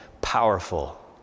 powerful